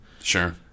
Sure